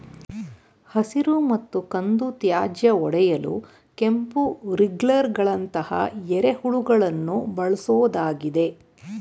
ಹಸಿರು ಮತ್ತು ಕಂದು ತ್ಯಾಜ್ಯ ಒಡೆಯಲು ಕೆಂಪು ವಿಗ್ಲರ್ಗಳಂತಹ ಎರೆಹುಳುಗಳನ್ನು ಬಳ್ಸೋದಾಗಿದೆ